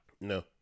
No